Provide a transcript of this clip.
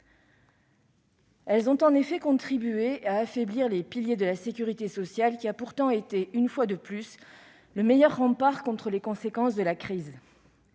ont en effet contribué à affaiblir les piliers de la sécurité sociale, qui a pourtant été, une fois de plus, le meilleur rempart contre les conséquences de la crise.